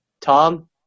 Tom